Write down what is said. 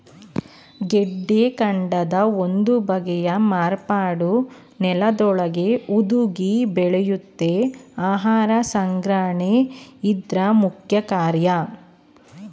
ಗೆಡ್ಡೆಕಾಂಡದ ಒಂದು ಬಗೆಯ ಮಾರ್ಪಾಟು ನೆಲದೊಳಗೇ ಹುದುಗಿ ಬೆಳೆಯುತ್ತೆ ಆಹಾರ ಸಂಗ್ರಹಣೆ ಇದ್ರ ಮುಖ್ಯಕಾರ್ಯ